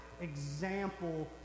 example